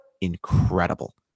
incredible